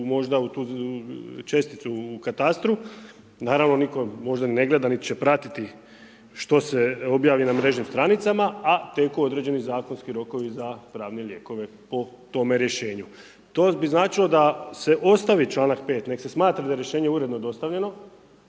možda u česticu u katastru, naravno nitko možda ne gleda, nit će pratiti što se objavi na mrežnim stranicama, a teku određeni zakonski rokovi za pravne lijekove po tome rješenju. To bi značilo da se ostavi članak 5, nek se smatra da je rješenje uredno dostavljeno,